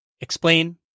explain